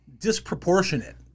disproportionate